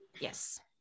yes